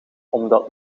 omdat